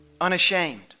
unashamed